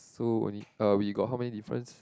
so only uh we got how many difference